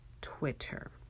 Twitter